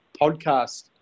podcast